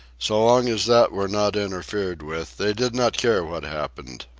so long as that were not interfered with, they did not care what happened.